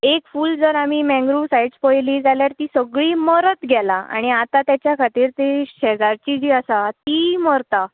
एक फूल जर आमी मँग्रुव्ज सायड्स पळयली जाल्यार तीं सगळीं मरत गेला आनी आतां ताच्या खातीर तीं शेजारचीं जीं आसा तींवूय मरता